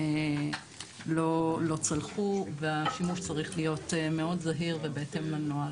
לא צלחו והשימוש צריך להיות מאוד זהיר ובהתאם לנוהל.